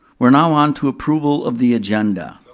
we're now on to approval of the agenda.